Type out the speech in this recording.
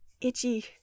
Itchy